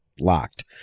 locked